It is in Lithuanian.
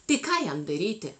tai ką jam daryti